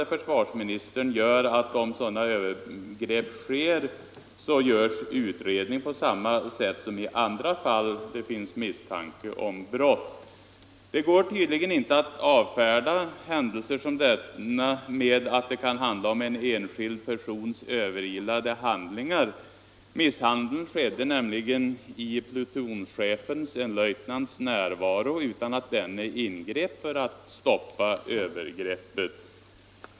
Försvarsministern konstaterar att om övergrepp sker, så görs utredning på samma sätt som i andra fall där det föreligger misstanke om brott. Jag tror inte att det konstaterandet är tillräckligt. Det går inte att avfärda händelser som denna med att det kan handla om en enskild persons överilade handlingar. Misshandeln skedde nämligen i plutonchefens, en löjtnants, närvaro utan att denne ingrep för att stoppa övergreppet.